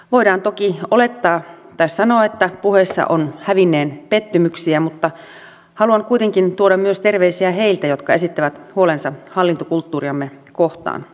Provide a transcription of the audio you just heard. voidaan toki sanoa että puheissa on hävinneen pettymyksiä mutta haluan kuitenkin tuoda myös terveisiä heiltä jotka esittävät huolensa hallintokulttuuriamme kohtaan